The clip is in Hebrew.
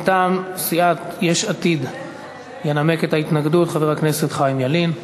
מטעם סיעת יש עתיד ינמק את ההתנגדות חבר הכנסת חיים ילין.